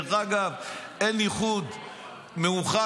דרך אגב, אין איחוד/מאוחד.